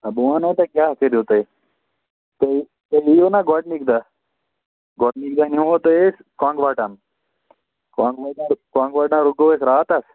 آ بہٕ وَنہو تۄہہِ کیٛاہ کٔرِو تُہۍ تۄہہِ تۄہہِ یِیِو نَہ گۄڈٕنِکۍ دۄہ گۄڈٕنِکۍ دۄہ نِمو تۄہہِ أسۍ کۄنٛگوَٹن کۄنٛگوَٹن کۄنٛگوَٹن رُکو أسۍ راتَس